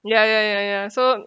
ya ya ya ya so